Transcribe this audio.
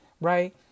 right